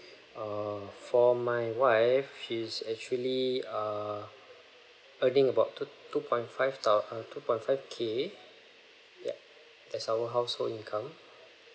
err for my wife she's actually err earning about two two point five thou~ uh two point five K yup that's our household income